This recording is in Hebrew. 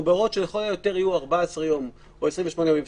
ההוראות הן שלכל היותר תהיה אפשרות הארכה של 14 יום או 28 ימים.